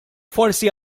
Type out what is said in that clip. forsi